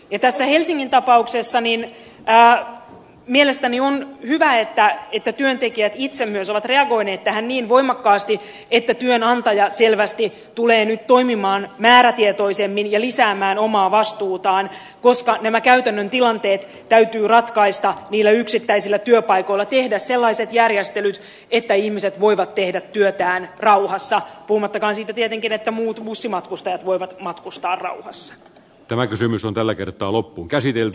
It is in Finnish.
tässä helsingin tapauksessa mielestäni on hyvä että työntekijät itse myös ovat reagoineet tähän niin voimakkaasti että työnantaja selvästi tulee nyt toimimaan määrätietoisemmin ja lisäämään omaa vastuutaan koska nämä käytännön tilanteet täytyy ratkaista niillä yksittäisillä työpaikoilla tehdä sellaiset järjestelyt että ihmiset voivat tehdä työtään rauhassa puhumattakaan siitä tietenkin että muut bussimatkustajat voivat matkustaa rauhassa tämä kysymys on tällä kertaa loppuunkäsitelty